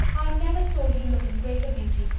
i never saw you look in greater beauty.